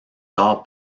tard